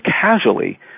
casually